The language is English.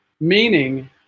Meaning